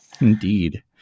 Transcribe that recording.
Indeed